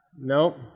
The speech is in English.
Nope